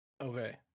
Okay